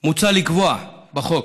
מוצע לקבוע בחוק